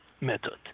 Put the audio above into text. method